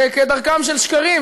וכדרכם של שקרים,